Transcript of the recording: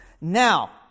Now